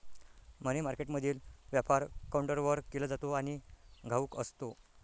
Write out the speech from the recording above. मनी मार्केटमधील व्यापार काउंटरवर केला जातो आणि घाऊक असतो